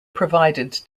provided